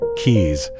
keys